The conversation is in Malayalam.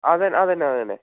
അതുതന്നെ അതുതന്നെ അതുതന്നെ